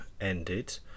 ended